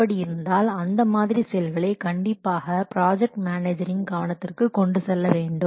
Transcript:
அப்படி இருந்தால் அந்த மாதிரி செயல்களை கண்டிப்பாக ப்ராஜெக்ட் மேனேஜரின் கவனத்திற்கு கொண்டு செல்ல வேண்டும்